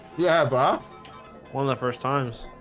yeah bob one of the first times